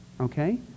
okay